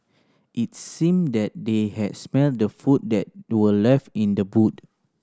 its seemed that they had smelt the food that were left in the boot